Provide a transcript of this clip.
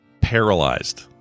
paralyzed